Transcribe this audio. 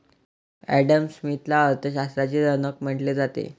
Adam स्मिथला अर्थ शास्त्राचा जनक म्हटले जाते